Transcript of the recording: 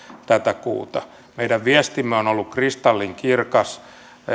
tätä kuuta meidän viestimme on on ollut kristallinkirkas